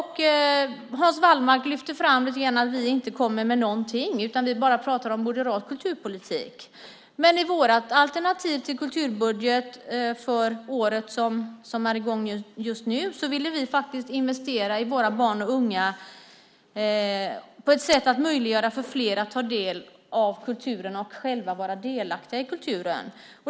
Hans Wallmark lyfte fram att vi inte kommer med någonting utan bara pratar om moderat kulturpolitik. Men i vårt alternativ till kulturbudget för det år som är nu ville vi investera i våra barn och unga på ett sådant sätt att det möjliggör för fler att ta del av kulturen och själva vara delaktiga i kulturen.